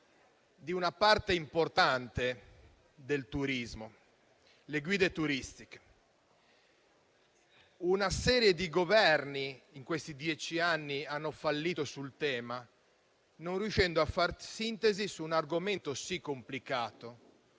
di una parte importante del comparto, cioè quello delle guide turistiche. Diversi Governi in questi dieci anni hanno fallito sul tema, non riuscendo a far sintesi su un argomento sì complicato,